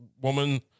woman